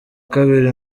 kabiri